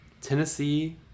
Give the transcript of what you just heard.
Tennessee